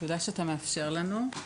תודה שאתה מאפשר לנו.